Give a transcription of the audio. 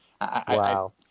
wow